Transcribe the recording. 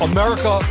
America